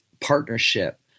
partnership